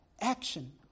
action